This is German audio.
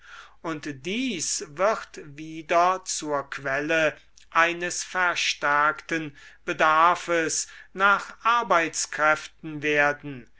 und dies wird wieder zur quelle eines verstärkten bedarfes nach arbeitskräften werden